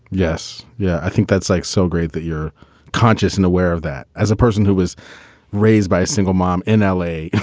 yes. yeah. i think that's like so great that you're conscious and aware of that as a person who was raised by a single mom in l a.